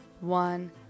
one